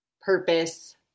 purpose